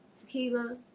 Tequila